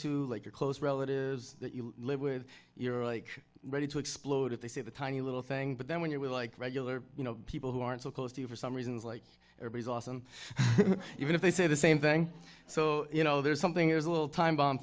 to like a close relative that you live with you're like ready to explode if they see the tiny little thing but then when you're like regular you know people who aren't so close to you for some reasons like every is awesome even if they say the same thing so you know there's something there's a little time bomb